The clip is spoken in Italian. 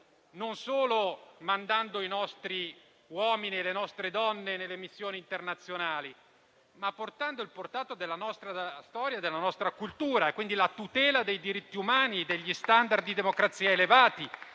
non solo mandando i nostri uomini e le nostre donne nelle missioni internazionali, ma portando il peso della nostra storia e della nostra cultura, quindi la tutela dei diritti umani e *standard* di democrazia elevati.